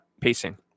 pacing